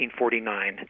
1949